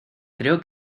creo